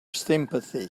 sympathy